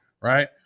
right